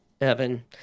Evan